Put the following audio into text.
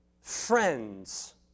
friends